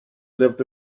left